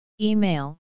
Email